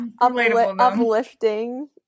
uplifting